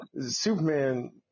Superman